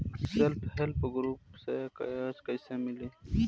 Self help group से कर्जा कईसे मिली?